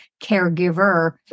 caregiver